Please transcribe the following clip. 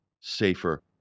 safer